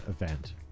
event